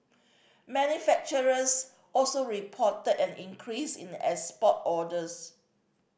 manufacturers also reported an increase in export orders